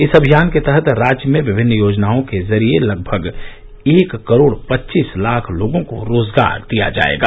इस अभियान के तहत राज्य में विभिन्न योजनाओं के जरिए लगभग एक करोड़ पच्चीस लाख लोगों को रोजगार दिया जाएगा